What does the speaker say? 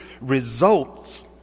results